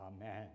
Amen